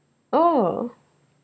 oh